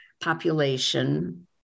population